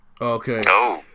okay